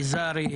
ביזארי,